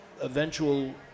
eventual